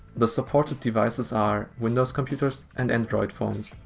the supported devices are windows computers and android phones.